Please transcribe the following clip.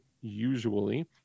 usually